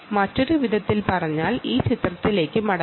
മറ്റൊരു വിധത്തിൽ പറഞ്ഞാൽ ഈ ചിത്രത്തിലേക്ക് നോക്കുക